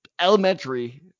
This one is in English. elementary